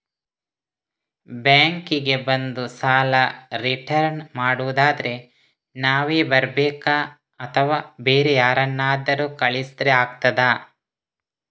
Bank ಗೆ ಬಂದು ಸಾಲ ರಿಟರ್ನ್ ಮಾಡುದಾದ್ರೆ ನಾವೇ ಬರ್ಬೇಕಾ ಅಥವಾ ಬೇರೆ ಯಾರನ್ನಾದ್ರೂ ಕಳಿಸಿದ್ರೆ ಆಗ್ತದಾ?